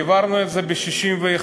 והעברנו את זה ב-61,